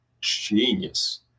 genius